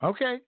Okay